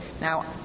Now